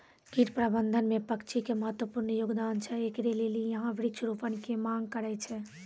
कीट प्रबंधन मे पक्षी के महत्वपूर्ण योगदान छैय, इकरे लेली यहाँ वृक्ष रोपण के मांग करेय छैय?